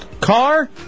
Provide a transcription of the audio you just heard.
Car